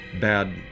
bad